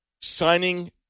signing